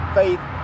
faith